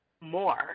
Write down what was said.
more